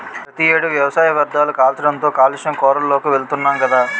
ప్రతి ఏడు వ్యవసాయ వ్యర్ధాలు కాల్చడంతో కాలుష్య కోరల్లోకి వెలుతున్నాం గదా